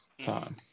time